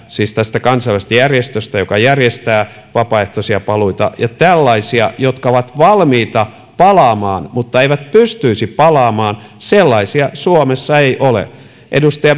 siis kansainvälisestä järjestöstä joka järjestää vapaaehtoisia paluita ja tällaisia jotka ovat valmiita palaamaan mutta eivät pystyisi palaamaan suomessa ei ole edustaja